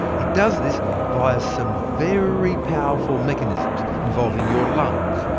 it does this via some very powerful mechanisms, involving your lungs,